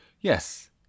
yes